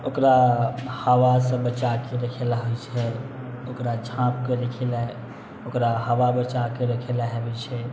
ओकरा हवासँ बचाके रखेला होइत छै ओकरा झाँपके रखेला ओकरा हवा बचाके रखेला होइत छै